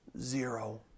zero